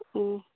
ᱦᱮᱸ